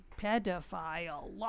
pedophile